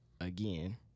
Again